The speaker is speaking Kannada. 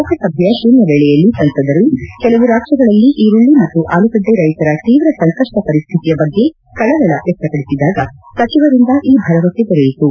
ಲೋಕಸಭೆಯ ಶೂನ್ತ ವೇಳೆಯಲ್ಲಿ ಸಂಸದರು ಕೆಲವು ರಾಜ್ಲಗಳಲ್ಲಿ ಈರುಳ್ಲಿ ಮತ್ತು ಆಲೂಗಡ್ಡ ರೈತರ ತೀವ್ರ ಸಂಕಷ್ಲ ಪರಿಸ್ಥಿತಿಯ ಬಗ್ಗೆ ಕಳವಳ ವ್ಯಕ್ತಪಡಿಸಿದಾಗ ಸಚಿವರಿಂದ ಈ ಭರವಸೆ ದೊರೆಯಿತು